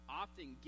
often